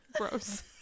gross